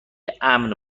امن